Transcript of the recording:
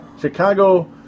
Chicago